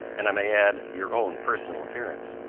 and, i may add, your own personal appearance.